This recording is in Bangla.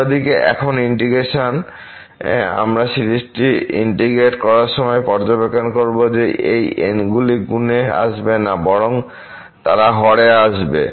অন্যদিকে এখন ইন্টিগ্রেশনে আমরা সিরিজটি ইন্টিগ্রেট করার সময় পর্যবেক্ষণ করব যে এই n গুলি গুণে আসবে না বরং তারা হরে আসবে